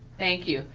thank you.